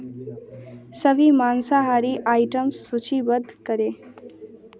सभी माँसाहारी आइटम्स सूचीबद्ध करें